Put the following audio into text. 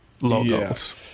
logos